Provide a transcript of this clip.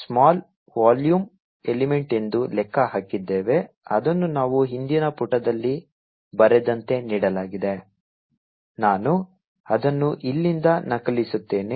small volume element ಎಂದು ಲೆಕ್ಕ ಹಾಕಿದ್ದೇವೆ ಅದನ್ನು ನಾವು ಹಿಂದಿನ ಪುಟದಲ್ಲಿ ಬರೆದಂತೆ ನೀಡಲಾಗಿದೆ ನಾನು ಅದನ್ನು ಇಲ್ಲಿಂದ ನಕಲಿಸುತ್ತೇನೆ